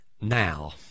now